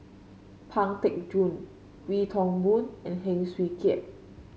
Pang Teck Joon Wee Toon Boon and Heng Swee Keat